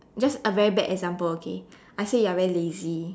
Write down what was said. just a very bad example okay I say you are very lazy